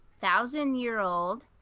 thousand-year-old